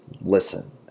listen